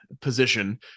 position